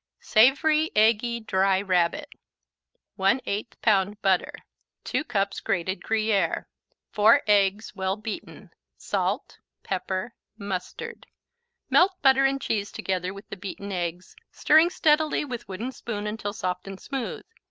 savory eggy dry rabbit one eight pound butter two cups grated gruyere four eggs, well-beaten salt pepper mustard melt butter and cheese together with the beaten eggs, stirring steadily with wooden spoon until soft and smooth.